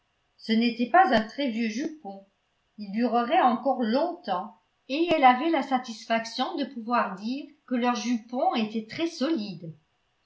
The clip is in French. ce n'était pas un très vieux jupon il durerait encore longtemps et elle avait la satisfaction de pouvoir dire que leurs jupons étaient très solides